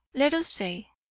let us say.